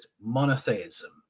monotheism